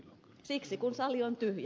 siksi kun sali on tyhjä